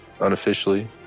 unofficially